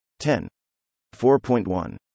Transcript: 10.4.1